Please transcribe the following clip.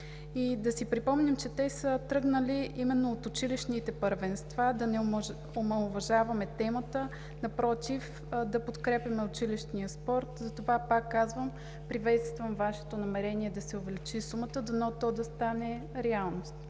да си припомним, че те са тръгнали именно от училищните първенства. Да не омаловажаваме темата, напротив, да подкрепяме училищния спорт, затова, пак казвам, приветствам Вашето намерение да се увеличи сумата. Дано то да стане реалност.